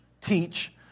teach